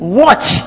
watch